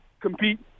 compete